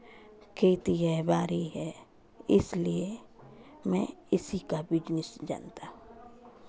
खेती है बारी है इसलिए मैं इसी का बिजनेस जानता हूँ